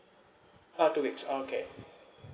uh two weeks okay